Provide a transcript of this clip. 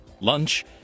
lunch